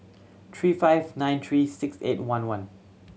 three five nine three six eight one one